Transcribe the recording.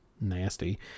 Nasty